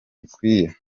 bikwiye